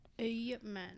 amen